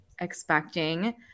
expecting